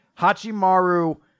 Hachimaru